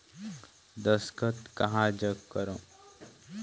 दस्खत कहा जग करो?